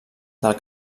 del